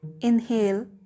inhale